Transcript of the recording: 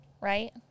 right